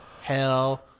Hell